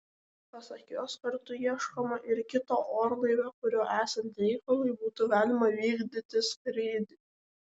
pasak jos kartu ieškoma ir kito orlaivio kuriuo esant reikalui būtų galima vykdyti skrydį